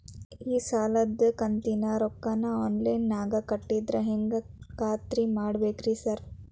ಈ ಸಾಲದ ಕಂತಿನ ರೊಕ್ಕನಾ ಆನ್ಲೈನ್ ನಾಗ ಕಟ್ಟಿದ್ರ ಹೆಂಗ್ ಖಾತ್ರಿ ಮಾಡ್ಬೇಕ್ರಿ ಸಾರ್?